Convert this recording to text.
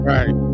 Right